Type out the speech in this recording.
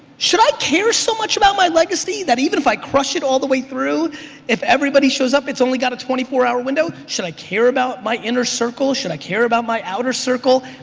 should care so much about my legacy? that even if i crush it all the way through if everybody shows up it's only got a twenty four hour window. should i care about my inner circle? should i care about my outer circle?